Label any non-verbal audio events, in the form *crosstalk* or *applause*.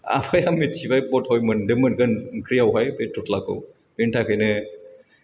आफाया मिथिबाय *unintelligible* मोनदोंमोनगोन ओंख्रियावहाय बे थथ्लाखौ बिनि थाखायनो